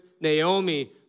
Naomi